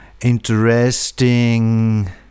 interesting